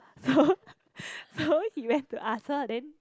so so he went to ask her then